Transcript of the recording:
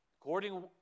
According